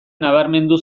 nabarmendu